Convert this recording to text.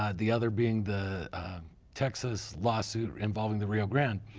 ah the other being the texas lawsuit involving the rio grande.